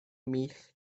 meath